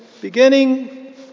beginning